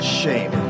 shame